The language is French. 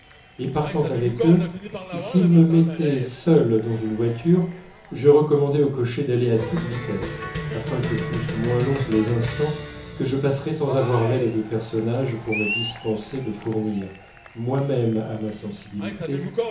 et partant avec eux s'il me mettait seul dans une voiture je recommandais au cocher d'aller à toute vitesse afin que fussent moins longs les instants que je passerais sans avoir l'aide de personne pour me dispenser de fournir moi-même à ma sensibilité